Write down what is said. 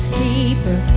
keeper